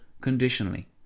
conditionally